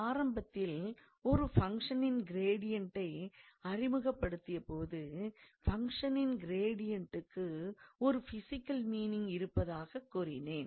ஆரம்பத்தில் ஒரு ஃபங்க்ஷனின் கிரெடியண்டை அறிமுகப்படுத்திய போது ஃபங்க்ஷனின் கிரெடியண்டுக்கு ஒரு ஃபிசிக்கல் மீனிங் இருப்பதைக் கூறினேன்